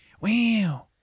Wow